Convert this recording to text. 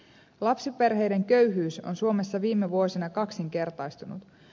lapsiperheiden köyhyys on suomessa viime vuosina kaksinkertaistunut